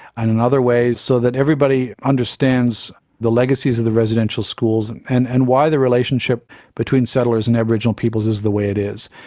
and in and other ways, so that everybody understands the legacies of the residential schools and and and why the relationship between settlers and aboriginal peoples is the way it is.